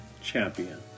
champion